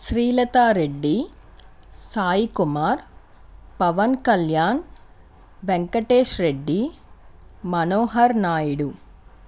Srilatha Reddy Sai Kumar Pawan Kalyan Venkatesh Reddy Manohar Naidu